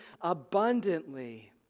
abundantly